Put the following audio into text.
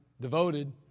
devoted